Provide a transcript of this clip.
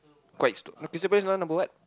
quite strong no Crystal-Palace is now number what